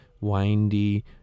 windy